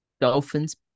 Dolphins